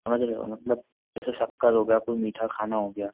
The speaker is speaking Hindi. समझ रहे हो मतलब जैसे शक्कर हो गया कोई मीठा खाना हो गया